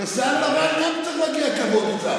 גם לשיער לבן מגיע קצת כבוד.